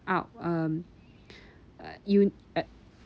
out um uh you uh